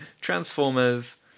Transformers